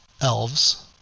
elves